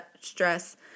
stress